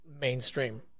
mainstream